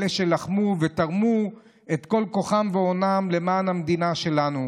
אלה שלחמו ותרמו את כל כוחם ואונם למען המדינה שלנו,